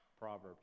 Proverbs